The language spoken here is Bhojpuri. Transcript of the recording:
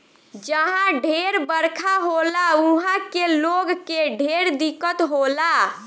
जहा ढेर बरखा होला उहा के लोग के ढेर दिक्कत होला